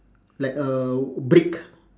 like a brick